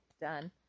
done